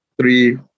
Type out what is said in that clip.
three